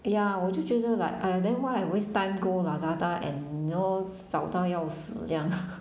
ya 我就觉得 like !aiya! then why I waste time go Lazada and you knows 找到要死这样